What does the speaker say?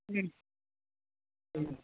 ம் ம்